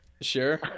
Sure